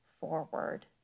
forward